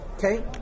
Okay